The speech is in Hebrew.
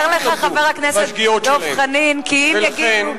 היזהר לך, חבר הכנסת דב חנין, כי אם יגידו, ולכן,